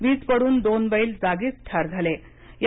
विज पडून दोन बैल जागीच ठार झालेत